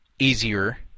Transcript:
easier